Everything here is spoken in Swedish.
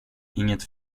inget